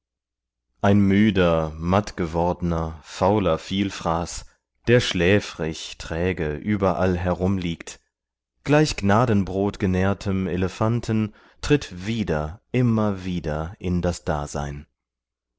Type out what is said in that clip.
ein müder mattgewordner fauler vielfraß der schläfrig träge überall herumliegt gleich gnadenbrotgenährtem elefanten tritt wieder immer wieder in das dasein